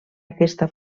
aquesta